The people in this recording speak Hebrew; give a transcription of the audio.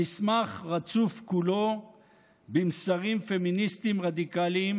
המסמך רצוף כולו במסרים פמיניסטיים רדיקליים,